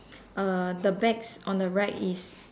uh the bags on the right is